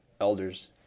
elders